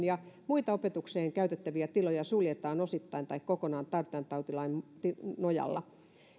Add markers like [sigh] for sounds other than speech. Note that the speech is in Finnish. [unintelligible] ja muita opetukseen käytettäviä tiloja suljetaan osittain tai kokonaan tartuntatautilain nojalla